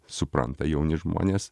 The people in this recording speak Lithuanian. supranta jauni žmonės